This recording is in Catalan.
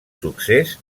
succés